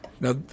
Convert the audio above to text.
Now